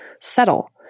settle